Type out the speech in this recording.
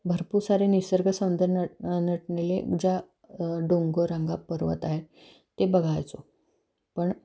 भरपूर सारे निसर्ग सौंदर्य नट नटलेले ज्या डोंगररांगा पर्वत आहे ते बघायचो पण